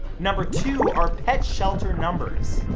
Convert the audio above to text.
number two, our pet shelter numbers.